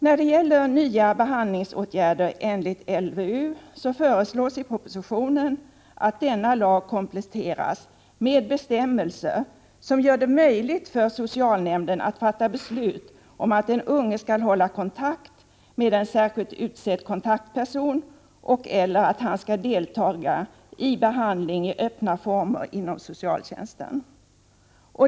När det gäller nya behandlingsåtgärder enligt LVU föreslås i propositionen att denna lag kompletteras med bestämmelser som gör det möjligt för socialnämnden att fatta beslut om att den unge skall hålla kontakt med en särskilt utsedd kontaktperson och/eller att han skall delta i behandling i öppna former inom socialtjänsten.